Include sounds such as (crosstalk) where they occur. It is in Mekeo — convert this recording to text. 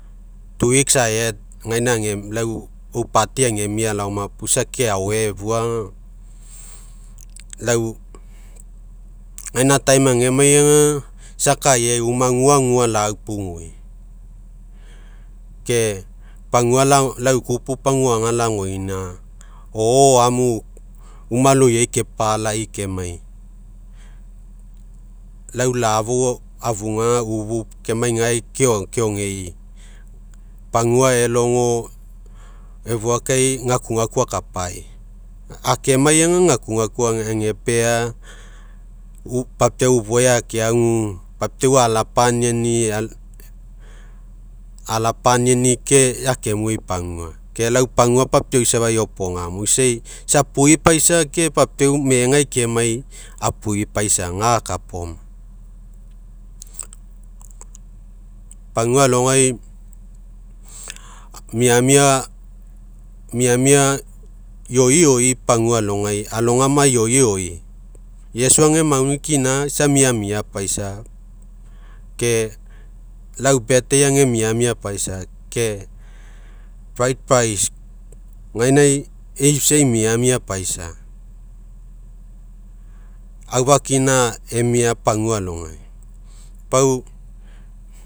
(unintelligible) gaina agemia, lau'u (unintelligible) agemia laoma puo, isa ake (unintelligible) efuagag, lua, gaina (unintelligible) age maiga isa akaiai, uma gua, gua laupugui ke pagua (hesitation) lau ikupu paguaga lagoina, o'o amu, umualoiai kepa'a lai kemai, lau, la'afou afuga ufu kemai gae (hesitation) keogei pagua elogo, efua kai, gakugaku akapai akemaiga gakagaka agepea, papiau ufuai akeagu, papiauala panianni'i, (hesitation) ala- paniani ke akemue ei pagua ke lau eu pagua papiaui safa, iopgamo. Isa ai isa apuipaisa kepapiau me'egai kemai, apui paisa ga akaoma. Pagua alogai, miamia, miamia ioioi pagualogai, alogama ioioi. Iesu ega mauni kina, isa miamia paisa. Ke alu (unintelligible) age miamia paisa, ke (unintelligible) gainai isai miamia paisa afakina emia pagua alogai, pau.